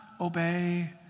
obey